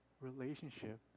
relationship